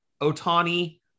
Otani